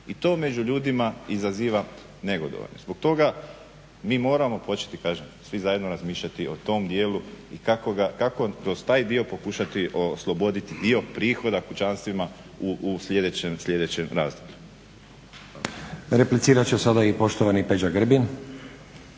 I to među ljudima izazivanje negodovanje, zbog toga mi moramo početi kažem, svi zajedno razmišljati o tom dijelu i kako ga, kako kroz taj dio pokušati osloboditi dio prihoda kućanstvima u sljedećem razdoblju. **Stazić, Nenad (SDP)** Replicirat će sada i poštovani Peđa Grbin.